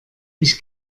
ich